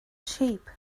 sheep